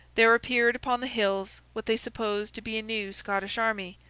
there appeared upon the hills what they supposed to be a new scottish army,